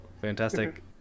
Fantastic